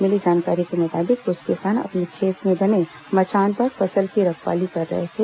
मिली जानकारी के मुताबिक कुछ किसान अपने खेत में बने मचान पर फसल की रखवाली कर रहे थे